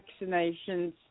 vaccinations